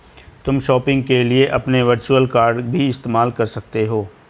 तुम शॉपिंग के लिए अपने वर्चुअल कॉर्ड भी इस्तेमाल कर सकते हो